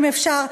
אם אפשר,